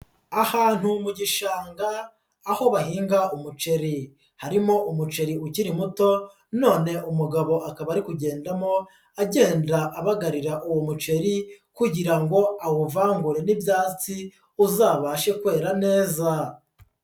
Ahantu mu gishanga aho bahinga umuceri harimo umuceri ukiri muto none umugabo akaba ari kugendamo agenda abagarira uwo muceri kugira ngo awuvangure n'ibyatsi uzabashe kwera neza.